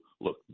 look